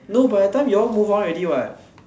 no by the time your move on already what